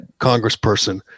congressperson